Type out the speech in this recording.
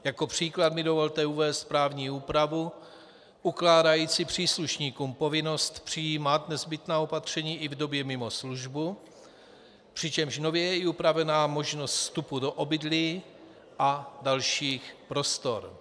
Jako příklad mi dovolte uvést právní úpravu ukládající příslušníkům povinnost přijímat nezbytná opatření i v době mimo službu, přičemž nově je upravena i možnost vstupu do obydlí a dalších prostor.